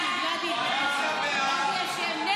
סעיף 1